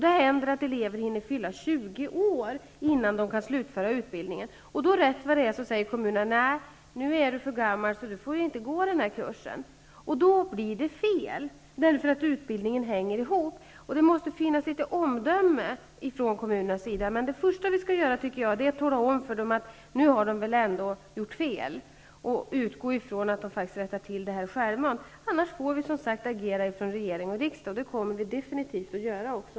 Det händer att elever hinner fylla 20 år innan de slutfört utbildningen. Då kan kommunen säga: ''Nej, du är för gammal för att gå den kursen.'' Då blir det fel, eftersom praktiken ingår i utbildningen. Kommunerna måste visa litet omdöme. Men det första vi bör göra är att tala om för kommunerna att de ändå har gjort fel och utgå från att de självmant rättar till felet. Annars tvingas regering och riksdag att agera, och det kommer vi definitivt att göra också.